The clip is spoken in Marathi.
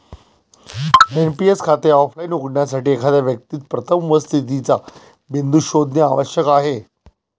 एन.पी.एस खाते ऑफलाइन उघडण्यासाठी, एखाद्या व्यक्तीस प्रथम उपस्थितीचा बिंदू शोधणे आवश्यक आहे